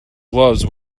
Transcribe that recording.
gloves